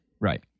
Right